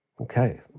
Okay